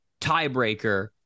tiebreaker